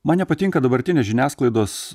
man nepatinka dabartinės žiniasklaidos